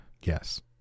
Yes